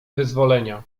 wyzwolenia